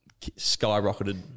skyrocketed